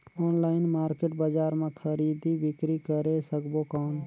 Online market बजार मां खरीदी बीकरी करे सकबो कौन?